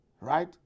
Right